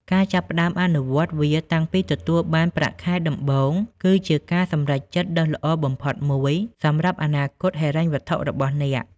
ការចាប់ផ្តើមអនុវត្តវាតាំងពីទទួលបានប្រាក់ខែដំបូង គឺជាការសម្រេចចិត្តដ៏ល្អបំផុតមួយសម្រាប់អនាគតហិរញ្ញវត្ថុរបស់អ្នក។